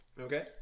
Okay